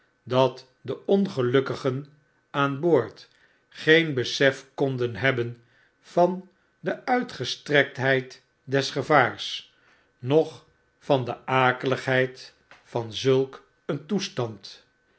dat de ongelukkigen aan boord geen besef konden hebben van de uitgestrektmd des gevaars noch van de akeligheid van zulk een toestand